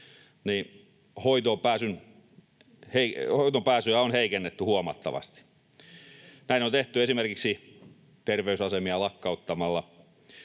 missä hoitoonpääsyä on heikennetty huomattavasti. Näin on tehty esimerkiksi terveysasemia lakkauttamalla.